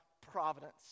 providence